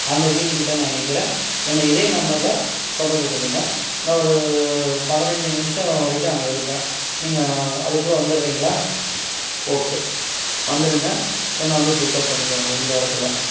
அந்த வீட்டுக்கிட்ட நான் நிற்கிறேன் என்ன இதே நம்பரில் தொடர்பு கொள்ளுங்கள் இன்னும் ஒரு பதினஞ்சு நிமிஷம் வரைக்கும் அங்கே இருப்பேன் நீங்கள் அதுக்குள்ளே வந்துடுறீங்களா ஓகே வந்துருங்க என்ன வந்து பிக்கப் பண்ணிக்கோங்க இந்த இடத்துல